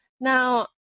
Now